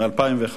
מ-2001.